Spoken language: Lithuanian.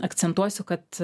akcentuosiu kad